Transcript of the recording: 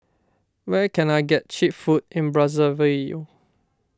where can I get Cheap Food in Brazzaville